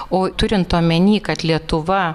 o turint omeny kad lietuva